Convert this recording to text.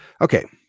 Okay